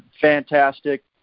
fantastic